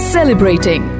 Celebrating